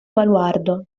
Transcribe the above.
baluardo